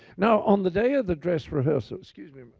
now on the day of the dress rehearsal studio,